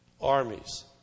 armies